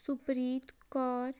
Supreet Kaur